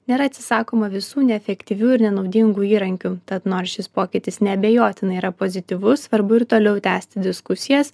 nėra atsisakoma visų neefektyvių ir nenaudingų įrankių tad nors šis pokytis neabejotinai yra pozityvus svarbu ir toliau tęsti diskusijas